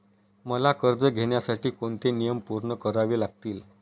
मला कर्ज घेण्यासाठी कोणते नियम पूर्ण करावे लागतील?